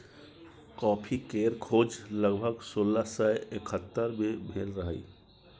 coffee केर खोज लगभग सोलह सय एकहत्तर मे भेल रहई